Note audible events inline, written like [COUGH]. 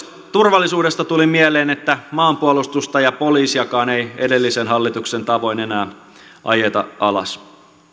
[UNINTELLIGIBLE] turvallisuudesta tuli mieleen että maanpuolustusta ja poliisiakaan ei edellisen hallituksen tavoin enää ajeta alas